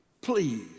please